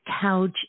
couch